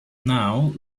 now